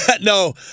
No